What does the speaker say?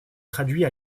traduit